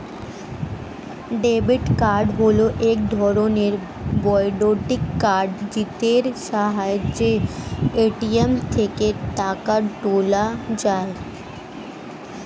debit card হল এক ধরণের বৈদ্যুতিক কার্ড যেটির সাহায্যে এ.টি.এম থেকে টাকা তোলা যায়